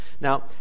Now